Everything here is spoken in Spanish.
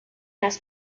las